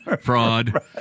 fraud